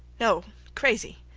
no crazy,